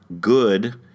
good